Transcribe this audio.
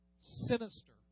Sinister